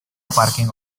parking